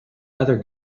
other